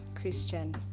Christian